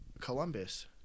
Columbus